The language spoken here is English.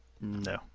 No